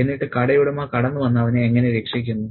എന്നിട്ട് കടയുടമ കടന്ന് വന്ന് അവനെ എങ്ങനെ രക്ഷിക്കുന്നു